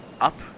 up